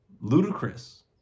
ludicrous